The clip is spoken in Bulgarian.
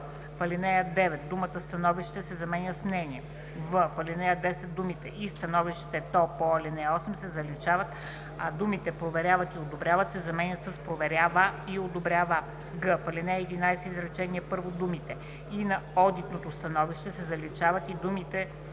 в ал. 9 думата „становище“ се заменя с „мнение“; в) в ал. 10 думите „и становището по ал. 8“ се заличават, а думите „проверяват и одобряват“ се заменят с „проверява и одобрява“; г) в ал. 11, изречение първо думите „и на одитното становище“ се заличават и думите